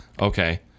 Okay